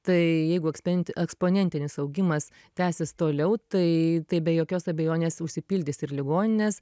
tai jeigu ekspent eksponentinis augimas tęsis toliau tai tai be jokios abejonės užsipildys ir ligoninės